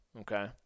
Okay